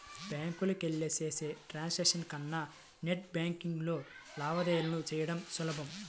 బ్యాంకులకెళ్ళి చేసే ట్రాన్సాక్షన్స్ కన్నా నెట్ బ్యేన్కింగ్లో లావాదేవీలు చెయ్యడం సులభం